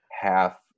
half